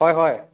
হয় হয়